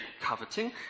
coveting